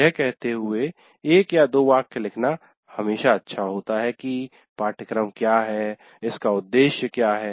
यह कहते हुए एक या दो वाक्य लिखना हमेशा अच्छा होता है कि पाठ्यक्रम क्या है इसका उद्देश्य क्या है